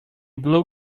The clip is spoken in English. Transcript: blue